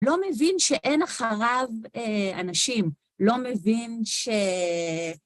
לא מבין שאין אחריו אנשים, לא מבין ש...